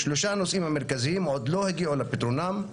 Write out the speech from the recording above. שלושת הנושאים המרכזיים עוד לא הגיעו לפתרונם.